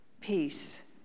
peace